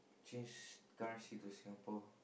change currency to Singapore